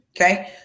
okay